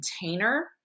container